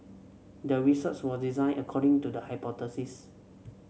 the research was designed according to the hypothesis